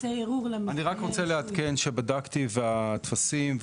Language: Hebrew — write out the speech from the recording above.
אני רק רוצה לעדכן שבדקתי והטפסים,